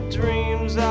dreams